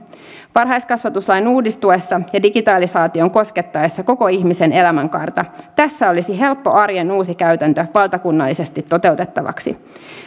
varhaiskasvatuslain uudistuessa ja digitalisaation koskettaessa koko ihmisen elämänkaarta tässä olisi helppo arjen uusi käytäntö valtakunnallisesti toteutettavaksi